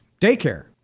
daycare